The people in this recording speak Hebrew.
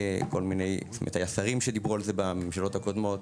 הרבה שרים שדיברו על זה בממשלות הקודמות,